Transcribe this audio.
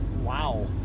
Wow